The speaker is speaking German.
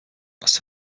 was